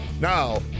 Now